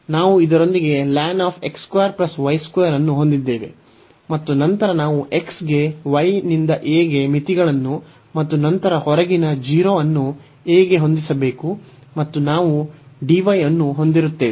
ನಾವು ಇದರೊಂದಿಗೆ ಅನ್ನು ಹೊಂದಿದ್ದೇವೆ ಮತ್ತು ನಂತರ ನಾವು x ಗೆ y ನಿಂದ a ಗೆ ಮಿತಿಗಳನ್ನು ಮತ್ತು ನಂತರ ಹೊರಗಿನ 0 ಅನ್ನು a ಗೆ ಹೊಂದಿಸಬೇಕು ಮತ್ತು ನಾವು dy ಅನ್ನು ಹೊಂದಿರುತ್ತೇವೆ